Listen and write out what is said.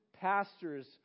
pastors